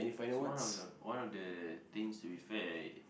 so one of the one of the things to be fair